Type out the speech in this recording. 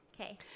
Okay